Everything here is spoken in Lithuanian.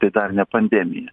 tai dar ne pandemija